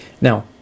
Now